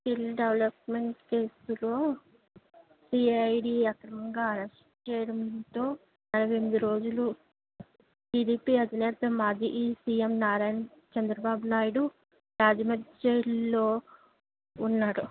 skill development కేసులో CID అక్రమంగా arrest చేయడంతో అరవై ఎనిమిది రోజులు టిడిపి అధినేత మాజీ సిఏం నారా చంద్రబాబు నాయుడు రాజమండ్రి జైలులో ఉన్నాడు